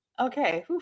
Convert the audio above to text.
Okay